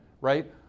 right